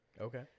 Okay